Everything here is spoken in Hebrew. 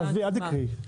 אל תקראי.